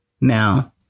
Now